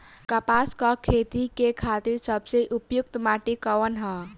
कपास क खेती के खातिर सबसे उपयुक्त माटी कवन ह?